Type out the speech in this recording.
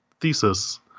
thesis